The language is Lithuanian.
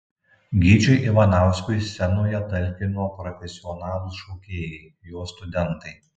gyčiui ivanauskui scenoje talkino profesionalūs šokėjai jo studentai